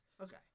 Okay